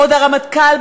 בעוד הרמטכ"ל,